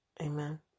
Amen